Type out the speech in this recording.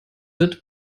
wird